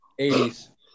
80s